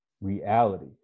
reality